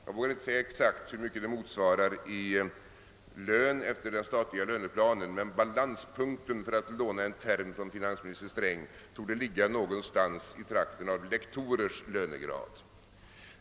Jag vågar inte exakt säga hur mycket arvodet motsvarar i lön efter den statliga löneplanen men balanspunkten, för att nu låna en term av finansminister Sträng, torde ligga någonstans i närheten av lektorers lönegrad.